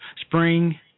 Spring